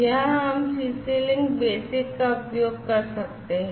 यहां हम CC link basic का उपयोग कर सकते हैं